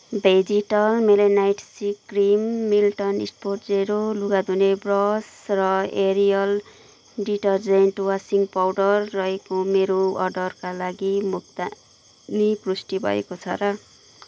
भेजिटल melanite C cream Milton Spotzero लुगा धुने brush र एरियल डिटर्जेन्ट वासिङ् पाउडर रहेको मेरो अर्डरका लागि भुक्तानी पुष्टि भएको छ र